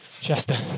Chester